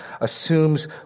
assumes